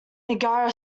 niagara